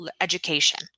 education